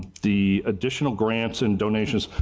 the additional grants and donations